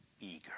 eager